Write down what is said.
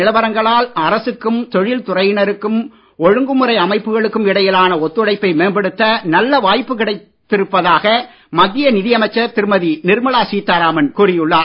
நிலவரங்களால் corona தொழில் துறையினருக்கும் ஒழுங்குமுறை அமைப்புகளுக்கும் இடையிலான ஒத்துழைப்பை மேம்படுத்த நல்ல வாய்ப்பு கிடைத்திருப்பதாக மத்திய அமைச்சர் திருமதி நிர்மலா சீதாராமன் கூறியுள்ளார்